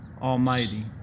Almighty